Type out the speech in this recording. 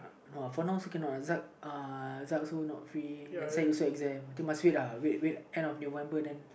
for now also cannot is like uh is like also not free then this one also exam I think must wait uh wait wait end of November then